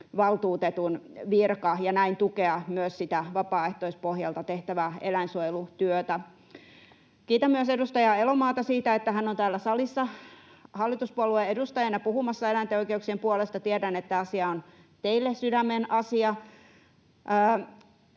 eläinsuojeluvaltuutetun virka ja näin tukea myös sitä vapaaehtoispohjalta tehtävää eläinsuojelutyötä. Kiitän myös edustaja Elomaata siitä, että hän on täällä salissa hallituspuolueen edustajana puhumassa eläinten oikeuksien puolesta. Tiedän, että asia on teille sydämen asia.